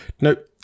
nope